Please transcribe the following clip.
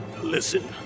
listen